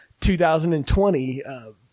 2020